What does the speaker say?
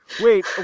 Wait